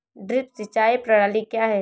Drip सिंचाई प्रणाली क्या है?